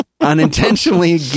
unintentionally